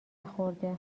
یخورده